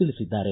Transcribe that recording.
ತಿಳಿಸಿದ್ದಾರೆ